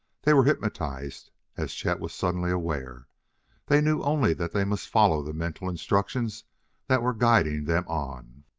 they were hypnotized, as chet was suddenly aware they knew only that they must follow the mental instructions that were guiding them on.